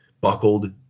buckled